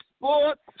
Sports